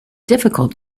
difficult